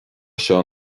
seo